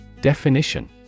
Definition